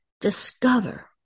discover